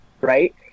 right